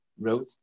wrote